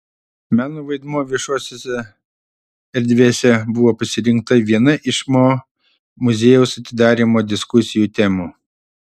meno vaidmuo viešosiose erdvėse buvo pasirinkta viena iš mo muziejaus atidarymo diskusijų temų